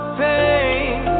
pain